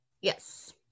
Yes